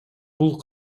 бул